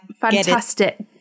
Fantastic